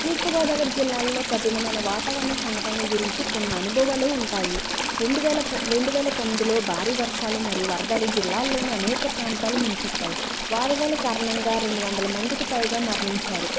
తూర్పు గోదావరి జిల్లాలో కఠినమైనా వాతావరణ సంఘటనల గురించి కొన్ని అనుభవాలు ఉంటాయి రెండు వేల రెండు వేల తొమ్మిదిలో భారీ వర్షాలు మరియు వరదలు జిల్లాలోని అనేక ప్రాంతాలు ముంచెత్తాయి వరదలు కారణంగా రెండు వందలమందికి పైగా మరణించారు